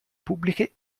pubbliche